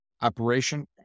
operation